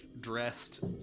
dressed